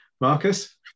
Marcus